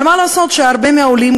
אבל מה לעשות שהרבה מהעולים,